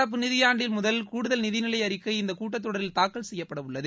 நடப்பு நிதியாண்டில் முதல் கூடுதல் நிதிநிலை அறிக்கை இந்த கூட்டத் தொடரில் தூக்கல் செய்யப்படவுள்ளது